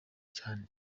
cyane